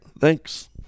Thanks